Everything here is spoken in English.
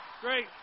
great